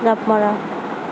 জাপ মাৰা